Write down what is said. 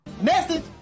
Message